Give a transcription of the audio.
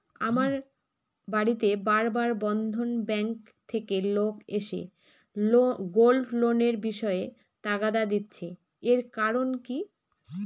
আমার বাড়িতে বার বার বন্ধন ব্যাংক থেকে লোক এসে গোল্ড লোনের বিষয়ে তাগাদা দিচ্ছে এর কারণ কি?